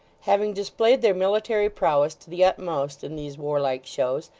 having displayed their military prowess to the utmost in these warlike shows,